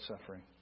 suffering